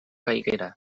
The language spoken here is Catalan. caiguera